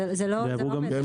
זה לא --- אין בעיה.